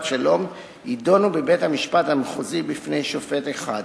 שלום יידונו בבית-המשפט המחוזי בפני שופט אחד.